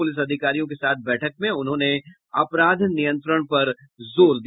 police अधिकारियों के साथ बैठक में उन्होंने अपराध नियंत्रण पर जोर दिया